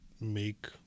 make